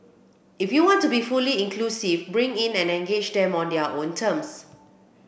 if you want to be fully inclusive bring in and engage them on their own terms